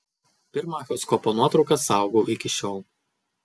pirmą echoskopo nuotrauką saugau iki šiol